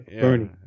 Bernie